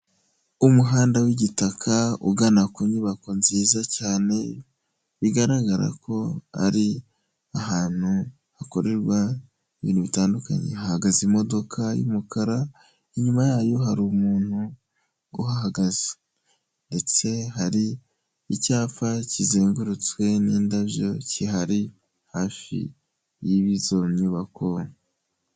Umuhanda w'igitaka ugana ku nyubako nziza cyane bigaragara ko ari ahantu hakorerwa ibintu bitandukanye, hahagaze imodoka y'umukara, inyuma yayo hari umuntu uhahagaze ndetse hari icyapa kizengurutswe n'indabyo kihari hafi y'izo nyubako.